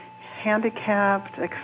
handicapped